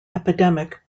epidemic